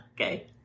Okay